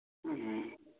ꯎꯝ